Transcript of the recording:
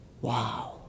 wow